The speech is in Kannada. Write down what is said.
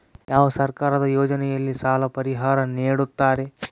ಯಾವ ಸರ್ಕಾರದ ಯೋಜನೆಯಲ್ಲಿ ಸಾಲ ಪರಿಹಾರ ನೇಡುತ್ತಾರೆ?